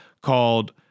called